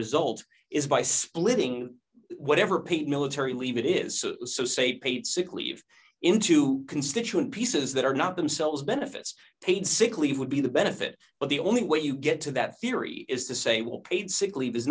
result is by splitting whatever pete military leave it is so say paid sick leave into constituent pieces that are not themselves benefits paid sick leave would be the benefit but the only way you get to that theory is to say well paid sick leave is